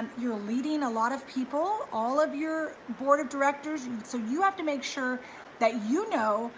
um leading a lot of people, all of your board of directors, and so you have to make sure that you know